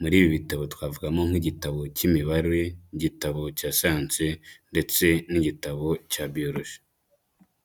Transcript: muri ibi bitabo twavugamo nk'igitabo cy'imibare, igitabo cya siyansi ndetse n'igitabo cya biologie.